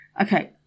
okay